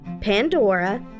Pandora